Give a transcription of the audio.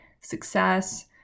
success